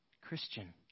Christian